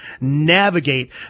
navigate